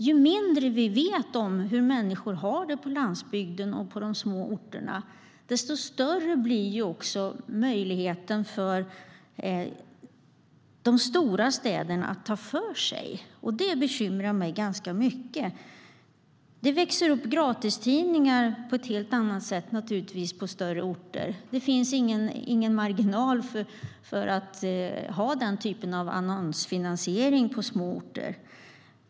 Ju mindre vi vet om hur människor har det på landsbygden och på de små orterna desto större blir möjligheten för de stora städerna att ta för sig. Det bekymrar mig ganska mycket. Gratistidningar växer naturligtvis upp på ett helt annat sätt på större orter. Det finns ingen marginal för att ha den typen av annonsfinansiering på små orter.